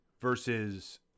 versus